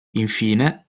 infine